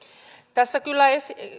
tässä kyllä